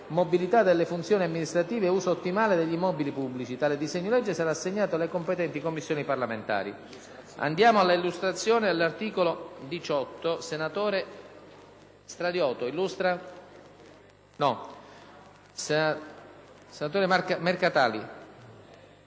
«Mobilità delle funzioni amministrative e uso ottimale degli immobili pubblici». Tale disegno di legge sarà assegnato alle competenti Commissioni parlamentari. Passiamo all'esame dell'articolo 18, sul quale